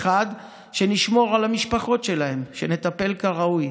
האחד, שנשמור על המשפחות שלהם, שנטפל כראוי,